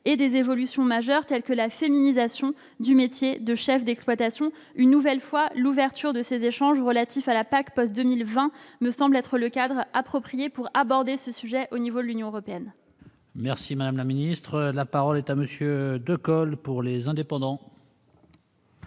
et d'évolutions majeures comme la féminisation du métier de chef d'exploitation. Une nouvelle fois, l'ouverture des échanges relatifs à la PAC post-2020 me semble être le cadre approprié pour aborder ce sujet au niveau de l'Union européenne. La parole est à M. Jean-Pierre Decool, pour le groupe Les